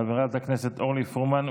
חברת הכנסת אורלי פרומן.